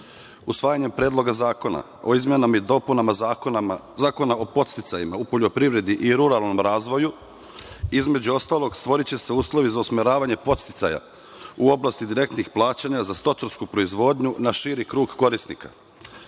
usvajanjem Predloga zakona o izmenama i dopunama Zakona o podsticajima u poljoprivredi i ruralnom razvoju, između ostalog, stvoriće se uslovi za usmeravanje podsticaja u oblasti direktnih plaćanja za stočarsku proizvodnju na širi krug korisnika.